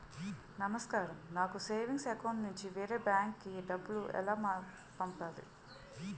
నమస్కారం నాకు savings account నుంచి వేరే బ్యాంక్ కి డబ్బు ఎలా పంపాలి?